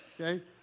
okay